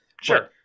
Sure